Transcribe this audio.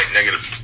negative